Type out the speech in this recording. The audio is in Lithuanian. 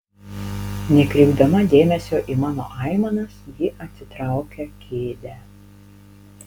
nekreipdama dėmesio į mano aimanas ji atsitraukia kėdę